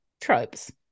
tropes